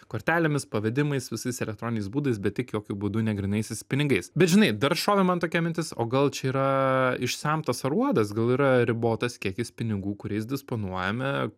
kortelėmis pavedimais visais elektroniniais būdais bet tik jokiu būdu ne grynaisiais pinigais bet žinai dar šovė man tokia mintis o gal čia yra išsemtas aruodas gal yra ribotas kiekis pinigų kuriais disponuojame